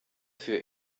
für